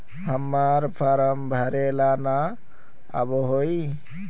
हम्मर फारम भरे ला न आबेहय?